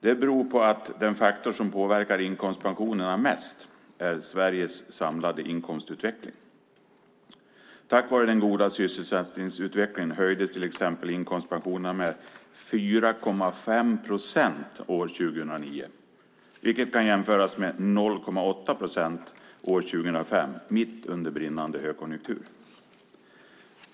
Det beror på att den faktor som påverkar inkomstpensionerna mest är Sveriges samlade inkomstutveckling. Tack vare den goda sysselsättningsutvecklingen höjdes till exempel inkomstpensionerna med 4,5 procent år 2009, vilket kan jämföras med 0,8 procent år 2005, mitt under brinnande högkonjunktur.